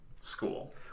school